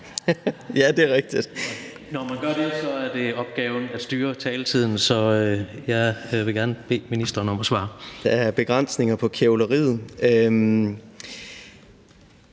Når man gør det, er det opgaven at styre taletiden, så jeg vil gerne bede ministeren om at svare. Kl.